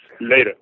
later